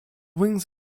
wings